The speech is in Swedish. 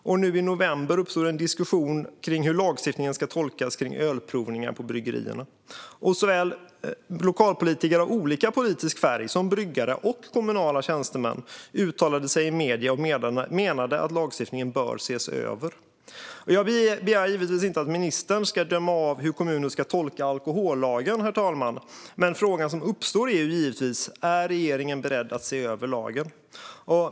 Och nu i november uppstod en diskussion kring hur lagstiftningen ska tolkas när det gäller ölprovningar på bryggerierna. Såväl lokalpolitiker av olika politisk färg som bryggare och kommunala tjänstemän uttalade sig i medierna och menade att lagstiftningen bör ses över. Jag begär givetvis inte att ministern ska döma i frågan om hur kommuner ska tolka alkohollagen. Men frågan som uppstår är givetvis: Är regeringen beredd att se över lagen?